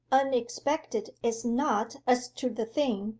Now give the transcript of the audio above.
unexpected is not as to the thing,